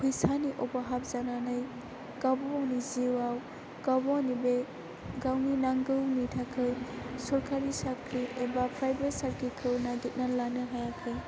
फैसानि अभाब जानानै गावबा गावनि जिउआव गावबा गावनि बे गावनि नांगौनि थाखाय सरकारनि साख्रि एबा प्राइभेट साख्रिखौ नागिरनानै लानो हायाखै